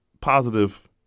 positive